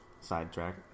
Sidetrack